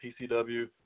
PCW